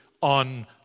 on